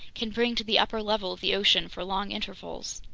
can bring to the upper level of the ocean for long intervals.